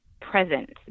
present